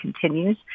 continues